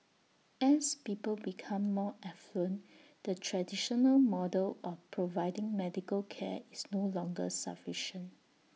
as people become more affluent the traditional model of providing medical care is no longer sufficient